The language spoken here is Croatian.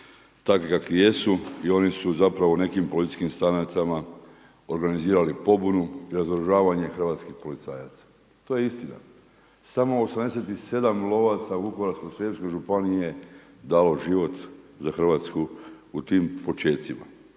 takvi kakvi jesu i oni su zapravo u nekim policijskim stanicama organizirali pobunu i razoružavanje hrvatskih policajaca. To je istina. Samo 87 lovaca u Vukovarsko-srijemskoj županiji je dalo život za Hrvatsku u tim početcima.